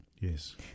Yes